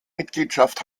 mitgliedschaft